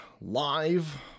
live